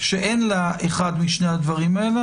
שאין לה אחד משני הדברים האלה.